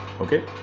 okay